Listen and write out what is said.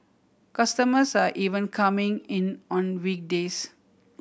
customers are even coming in on weekdays